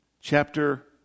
chapter